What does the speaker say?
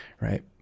Right